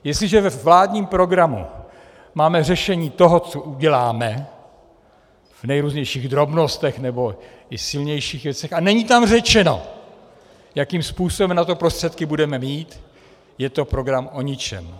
Jestliže ve vládním programu máme řešení toho, co uděláme v nejrůznějších drobnostech nebo i silnějších věcech, a není tam řečeno, jakým způsobem na to prostředky budeme mít, je to program o ničem.